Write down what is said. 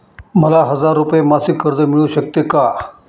मला हजार रुपये मासिक कर्ज मिळू शकते का?